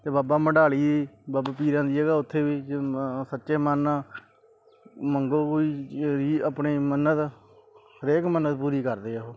ਅਤੇ ਬਾਬਾ ਮਡਾਲੀ ਬਾਬਾ ਪੀਰਾਂ ਦੀ ਜਗ੍ਹਾ ਉੱਥੇ ਵੀ ਜੋ ਸੱਚੇ ਮਨ ਨਾਲ ਮੰਗੋ ਕੋਈ ਆਪਣੀ ਮੰਨਤ ਹਰੇਕ ਮੰਨਤ ਪੂਰੀ ਕਰਦੇ ਆ ਉਹ